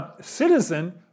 citizen